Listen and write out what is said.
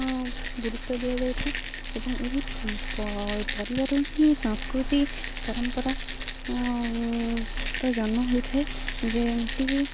ଗୁରୁତ୍ୱ ଦିଆଯାଇଥାଏ ଏବଂ ଏହି ପରିବାର ହିଁ ସାଂସ୍କୃତି ପରମ୍ପରାର ଜନ୍ମ ହୋଇଥାଏ ଯେମିତିକି